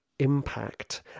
impact